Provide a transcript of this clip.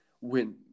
win